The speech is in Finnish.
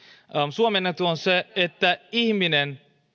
suomen etu on se että ihminen